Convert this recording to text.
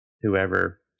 whoever